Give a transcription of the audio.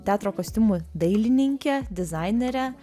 teatro kostiumų dailininkę dizainerę